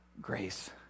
grace